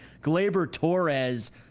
Glaber-Torres